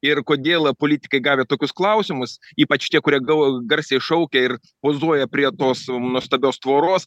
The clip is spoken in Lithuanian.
ir kodėl politikai gavę tokius klausimus ypač tie kurie gal garsiai šaukia ir pozuoja prie tos nuostabios tvoros